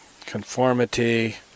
conformity